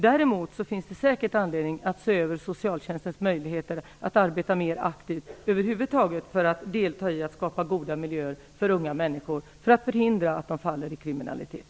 Däremot finns det säkert anledning att se över socialtjänstens möjligheter att över huvud taget arbeta mer aktivt för att delta i att skapa goda miljöer för unga människor och förhindra att de faller in i kriminalitet.